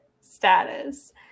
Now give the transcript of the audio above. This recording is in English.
status